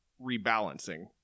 rebalancing